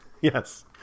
Yes